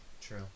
True